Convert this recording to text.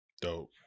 Dope